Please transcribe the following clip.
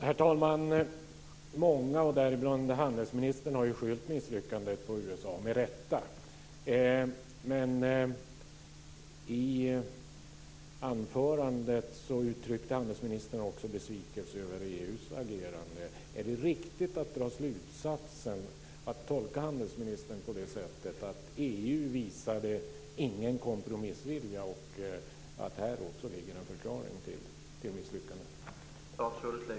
Herr talman! Många, och däribland handelsministern, har ju med rätta skyllt misslyckandet på USA. I sitt anförande uttryckte handelsministern också besvikelse över EU:s agerande. Är det riktigt att tolka handelsministern på det sättet att EU inte visade någon kompromissvilja och att en förklaring till misslyckandet ligger här också?